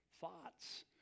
thoughts